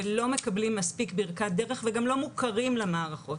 ולא מקבלים מספיק ברכת דרך וגם לא מוכרים למערכות.